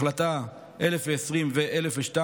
החלטה 1020 ו-1002,